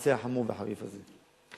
במעשה החמור והחריף הזה.